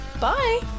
bye